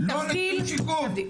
לא נותנים שיקום.